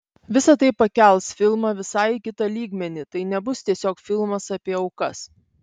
visa tai pakels filmą visai į kitą lygmenį tai nebus tiesiog filmas apie aukas